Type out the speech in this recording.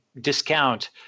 discount